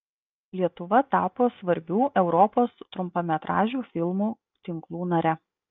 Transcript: lietuva tapo svarbių europos trumpametražių filmų tinklų nare